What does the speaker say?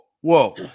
whoa